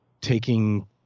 taking